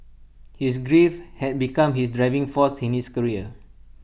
his grief had become his driving force in his career